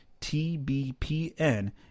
TBPN